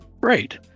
Great